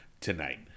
tonight